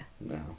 No